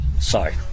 sorry